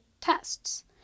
tests